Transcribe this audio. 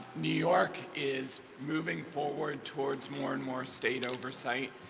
new york is moving forward toward more and more state oversight